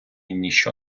ніщо